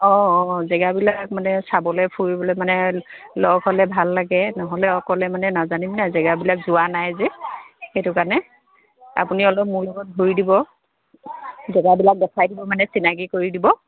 অঁ অঁ জেগাবিলাক মানে চাবলৈ ফুৰিবলৈ মানে লগ হ'লে ভাল লাগে নহ'লে অকলে মানে নাজানিমনে জেগাবিলাক যোৱা নাই যে সেইটো কাৰণে আপুনি অলপ মোৰ লগত ঘূৰি দিব জেগাবিলাক দেখাই দিব মানে চিনাকি কৰি দিব